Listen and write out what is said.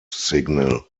signal